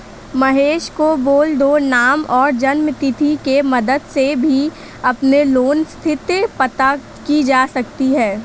महेश को बोल दो नाम और जन्म तिथि की मदद से भी अपने लोन की स्थति पता की जा सकती है